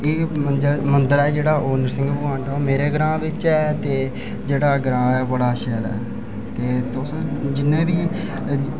एह् मंदर ऐ जेह्ड़ा नरसिंघ भगवान दा मंदर ऐ ओह् मेरे ग्रांऽ बिच ऐ जेह्ड़ा ग्रांऽ बड़ा शैल ऐ ते तुस जिन्ने बी